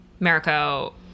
Mariko